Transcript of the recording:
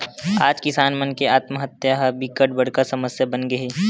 आज किसान मन के आत्महत्या ह बिकट बड़का समस्या बनगे हे